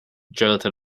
jonathan